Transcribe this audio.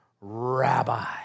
rabbi